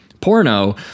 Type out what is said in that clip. porno